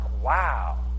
wow